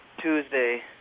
Tuesday